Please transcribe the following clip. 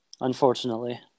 unfortunately